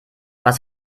was